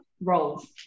roles